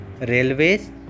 railways